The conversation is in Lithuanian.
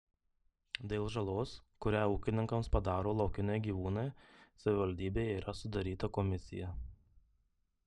dėl žalos kurią ūkininkams padaro laukiniai gyvūnai savivaldybėje yra sudaryta komisija